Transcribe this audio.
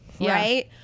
right